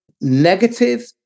negative